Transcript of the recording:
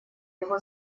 его